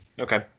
Okay